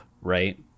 right